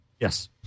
Yes